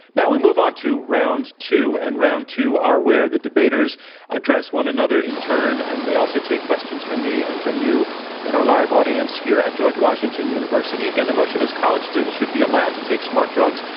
now we move on to round two. and round two are where the debaters address one another in turn, and they also take questions from me and from you in our live audience here at washington university. again, the motion is, college students should be allowed to take smart drugs.